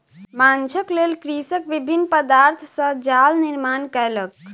माँछक लेल कृषक विभिन्न पदार्थ सॅ जाल निर्माण कयलक